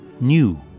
new